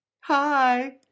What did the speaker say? hi